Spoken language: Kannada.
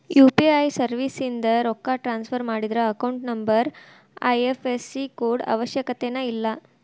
ಯು.ಪಿ.ಐ ಸರ್ವಿಸ್ಯಿಂದ ರೊಕ್ಕ ಟ್ರಾನ್ಸ್ಫರ್ ಮಾಡಿದ್ರ ಅಕೌಂಟ್ ನಂಬರ್ ಐ.ಎಫ್.ಎಸ್.ಸಿ ಕೋಡ್ ಅವಶ್ಯಕತೆನ ಇಲ್ಲ